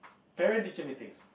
parent teacher meetings